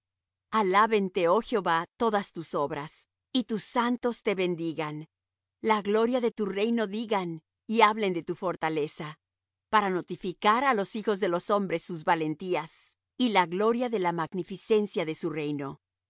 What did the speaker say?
oh jehová todas tus obras y tus santos te bendigan la gloria de tu reino digan y hablen de tu fortaleza para notificar á los hijos de los hombre sus valentías y la gloria de la magnificencia de su reino